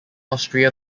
austria